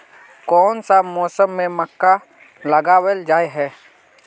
कोन सा मौसम में मक्का लगावल जाय है?